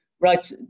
right